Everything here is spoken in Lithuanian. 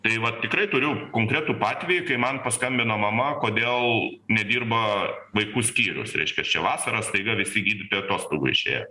tai va tikrai turiu konkretų atvejį kai man paskambino mama kodėl nedirba vaikų skyrius reiškia šią vasarą staiga visi gydytojai atostogų išėjo